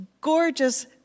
gorgeous